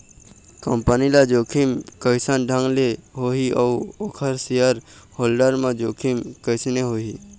Company ल जोखिम कइसन ढंग ले होही अउ ओखर सेयर होल्डर ल जोखिम कइसने होही?